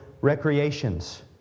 recreations